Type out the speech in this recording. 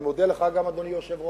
אני מודה גם לך, אדוני היושב-ראש.